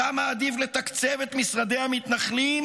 אתה מעדיף לתקצב את משרדי המתנחלים